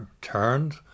turned